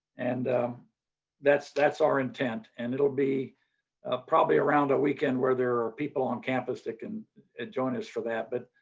and that's that's our intent. and it will be probably around a weekend where there are people on campus that can join us for that. but